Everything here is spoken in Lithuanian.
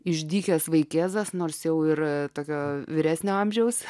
išdykęs vaikėzas nors jau ir tokio vyresnio amžiaus